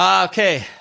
Okay